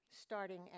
starting